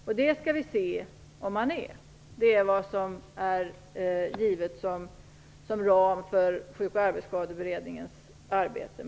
Vi skall också ta reda på om man är det. Det är angivet som en ram för Sjuk och arbetsskadeberedningens arbete.